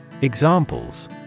Examples